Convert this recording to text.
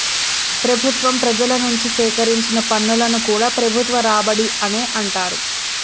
ప్రభుత్వం ప్రజల నుంచి సేకరించే పన్నులను కూడా ప్రభుత్వ రాబడి అనే అంటరు